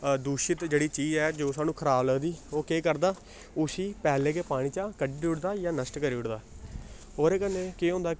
अ दूशत जेह्ड़ी चीज ऐ जो थुहानूं खराब लगदी ओह् केह् करदा उस्सी पैह्लें गै पानी चा कड्ढी ओड़दा जां नश्ट करी ओड़दा ओह्दे कन्नै केह् होंदा कि